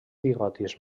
bigotis